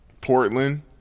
Portland